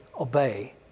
obey